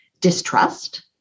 Distrust